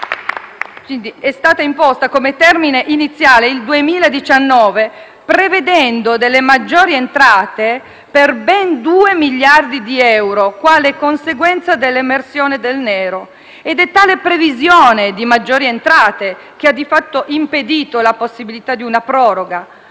infatti è stato imposto come termine iniziale il 2019, prevedendo maggiori entrate per ben 2 miliardi di euro, quale conseguenza dell'emersione del nero. Ed è tale previsione di maggiori entrate che ha, di fatto, impedito la possibilità di una proroga,